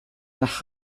nach